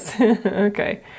Okay